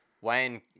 Wayne